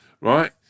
right